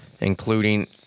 including